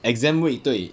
exam week 对